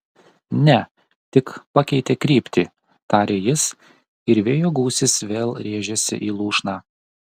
ne tik pakeitė kryptį tarė jis ir vėjo gūsis vėl rėžėsi į lūšną